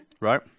Right